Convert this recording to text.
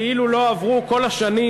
כאילו לא עברו כל השנים,